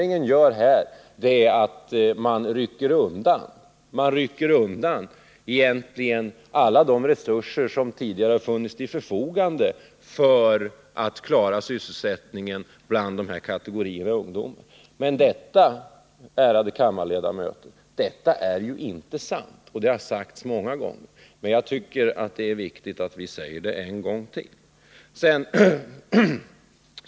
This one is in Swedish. Nu säger man att regeringen rycker undan alla de resurser som tidigare stod till förfogande för att klara sysselsättningen bland ungdomarna. Men detta, ärade kammarledamöter, är ju inte sant. Det har redan sagts många gånger, men jag tycker det är viktigt att det sägs en gång till.